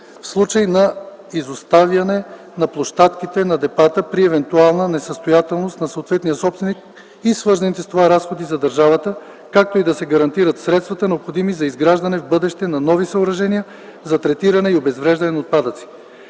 в случай на изоставяне на площадките на депата при евентуална несъстоятелност на съответния собственик и свързаните с това разходи за държавата, както и да се гарантират средствата, необходими за изграждане в бъдеще на нови съоръжения за третиране и обезвреждане на отпадъци.